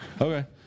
okay